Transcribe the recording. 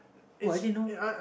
uh actually no